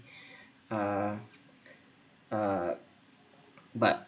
ah ah but